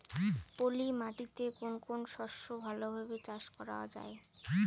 পলি মাটিতে কোন কোন শস্য ভালোভাবে চাষ করা য়ায়?